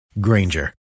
Granger